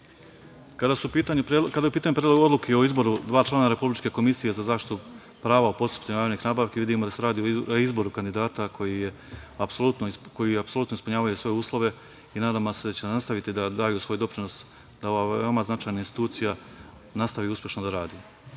je u pitanju Predlog odluke o izboru dva člana Komisije za zaštitu prava u postupcima javnih nabavki, vidimo da se radi o izboru kandidata koji apsolutno ispunjavaju sve uslove i nadamo se da će nastaviti da daju svoj doprinos da ova veoma značajna institucija nastavi uspešno da